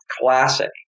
classic